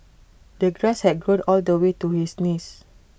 the grass had grown all the way to his knees